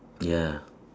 ya